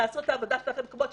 תעשו את העבודה שלכם כמו שצריך.